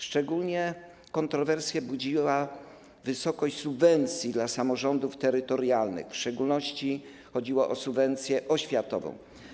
Szczególnie kontrowersję budziła wysokość subwencji dla samorządów terytorialnych, w szczególności chodziło o subwencję oświatową.